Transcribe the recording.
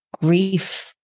grief